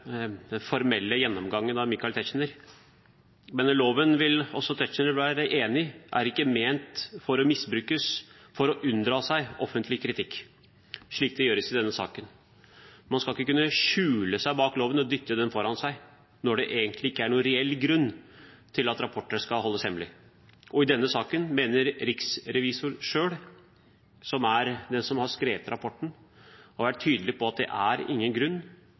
den formelle gjennomgangen av Michael Tetzschner. Men loven – og det vil også Michael Tetzschner være enig i – er ikke ment for å misbrukes eller for å unndra seg offentlig kritikk, slik det gjøres i denne saken. Man skal ikke kunne skjule seg bak loven og dytte den foran seg når det egentlig ikke er noen reell grunn til at en rapport skal holdes hemmelig. I denne saken mener riksrevisoren selv – som er den som har skrevet rapporten og vært tydelig her – at det er ingen sikkerhetsmessig grunn